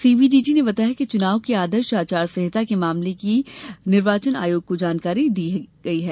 CBDT ने बताया कि चुनाव की आदर्श आचार संहिता के मामलों की निर्वाचन आयोग को जानकारी दी जा रही है